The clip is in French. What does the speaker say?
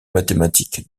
mathématiques